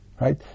right